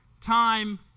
time